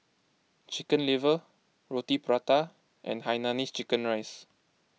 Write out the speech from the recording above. Chicken Liver Roti Prata and Hainanese Chicken Rice